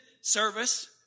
service